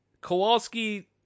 Kowalski